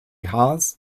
haas